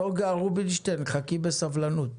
נגה רובינשטיין, חכי בסבלנות.